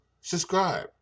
subscribe